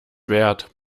wert